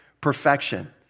perfection